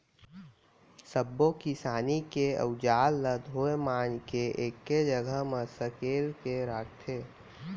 सब्बो किसानी के अउजार ल धोए मांज के एके जघा म सकेल के राखथे